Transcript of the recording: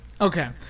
Okay